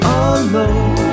alone